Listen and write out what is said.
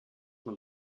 man